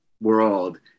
world